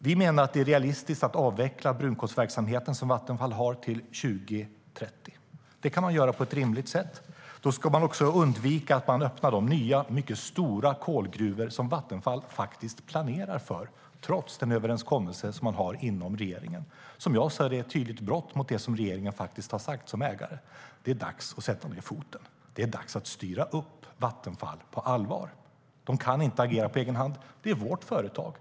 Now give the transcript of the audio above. Vi menar att det är realistiskt att avveckla Vattenfalls brunkolsverksamhet till 2030. Det kan man göra på ett rimligt sätt. Då ska man också undvika att öppna de nya, mycket stora kolgruvor som Vattenfall planerar för, trots den överenskommelse som finns inom regeringen. Som jag ser det är det ett tydligt brott mot det som regeringen har sagt som ägare. Det är dags att sätta ned foten. Det är dags att styra upp Vattenfall på allvar. De kan inte agera på egen hand. Det är vårt företag.